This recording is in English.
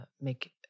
make